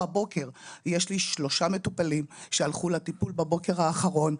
בבוקר --- יש לי שלושה מטופלים שהלכו לטיפול בבוקר האחרון,